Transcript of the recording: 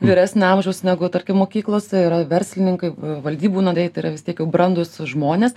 vyresnio amžiaus negu tarkim mokyklose yra verslininkai valdybų nariai tai yra vis tiek jau brandūs žmonės